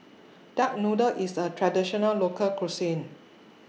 Duck Noodle IS A Traditional Local Cuisine